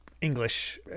English